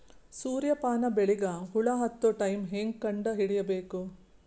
ಸೂರ್ಯ ಪಾನ ಬೆಳಿಗ ಹುಳ ಹತ್ತೊ ಟೈಮ ಹೇಂಗ ಕಂಡ ಹಿಡಿಯಬೇಕು?